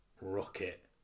Rocket